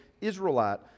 Israelite